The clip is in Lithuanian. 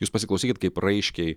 jūs pasiklausykit kaip raiškiai